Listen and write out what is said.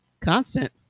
constant